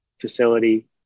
facility